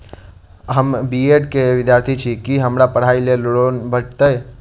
हम B Ed केँ विद्यार्थी छी, की हमरा पढ़ाई लेल लोन भेटतय?